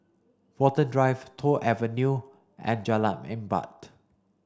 Watten Drive Toh Avenue and Jalan Empat